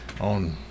on